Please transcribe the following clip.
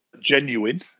genuine